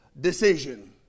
decision